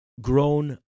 grown